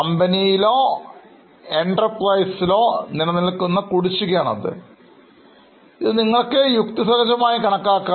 Company ലോ enterprise ലോ നിലനിൽക്കുന്ന കുടിശ്ശികയാണിത് ഇത് നിങ്ങൾക്ക് യുക്തിസഹജമായി കണക്കാക്കാം